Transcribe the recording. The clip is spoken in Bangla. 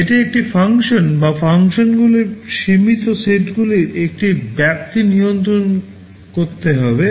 এটি একটি ফাংশন বা ফাংশনগুলির সীমিত সেটগুলির একটি ব্যাপ্তি নিয়ন্ত্রণ করতে হবে